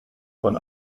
von